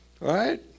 Right